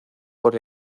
por